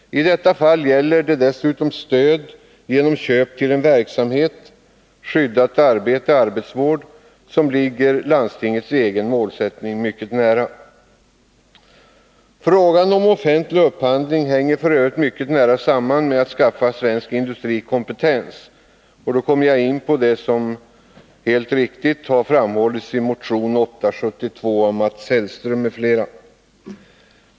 I detta fall gäller det dessutom stöd genom köp till en verksamhet — skyddat arbete eller arbetsvård — som ligger landstingets egen målsättning mycket nära. Frågan om offentlig upphandling hänger f. ö. mycket nära samman med att skaffa svensk industri kompetens. Då kommer jag in på det som helt riktigt har framhållits i motion 872 av Mats Hellström m.fl.